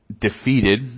defeated